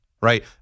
Right